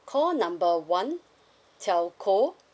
call number one telco